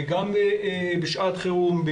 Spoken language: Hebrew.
גם בשעת חירום,